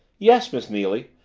yes, miss neily.